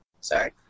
sorry